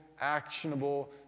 actionable